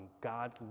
God